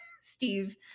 Steve